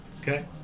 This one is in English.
okay